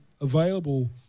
available